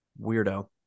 Weirdo